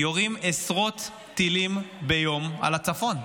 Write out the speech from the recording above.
יורים עשרות טילים ביום על הצפון,